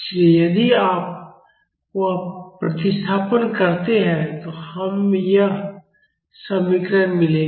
इसलिए यदि आप वह प्रतिस्थापन करते हैं तो हमें यह समीकरण मिलेगा